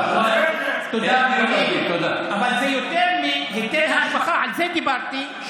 אבל זה יותר מהיטל ההשבחה של כחלון, על זה דיברתי.